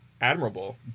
admirable